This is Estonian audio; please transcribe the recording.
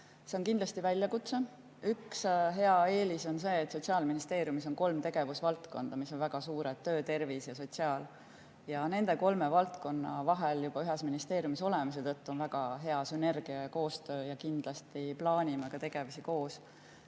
See on kindlasti väljakutse. Üks hea eelis on see, et Sotsiaalministeeriumis on kolm tegevusvaldkonda, mis on väga suured: töö, tervis ja sotsiaal. Nende kolme valdkonna vahel me ühes ministeeriumis [toimetame], seetõttu on väga hea sünergia ja koostöö ja kindlasti plaanime tegevusi